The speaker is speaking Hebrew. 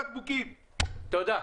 תודה.